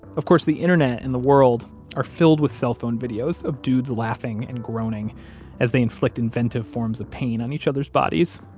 of course, the internet and the world are filled with cell phone videos of dudes laughing and groaning as they inflict inventive forms of pain on each other's bodies.